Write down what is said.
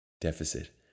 deficit